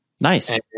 Nice